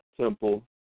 temple